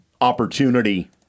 opportunity